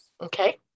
Okay